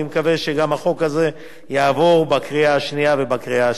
אני מקווה שהחוק יעבור בקריאה השנייה ובקריאה השלישית.